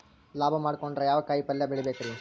ಲಾಭ ಮಾಡಕೊಂಡ್ರ ಯಾವ ಕಾಯಿಪಲ್ಯ ಬೆಳಿಬೇಕ್ರೇ?